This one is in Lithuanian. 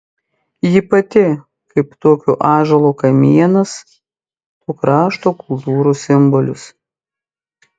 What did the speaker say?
ji pati kaip tokio ąžuolo kamienas to krašto kultūros simbolis